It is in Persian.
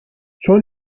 چون